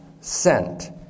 Sent